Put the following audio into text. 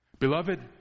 Beloved